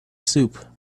soup